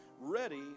ready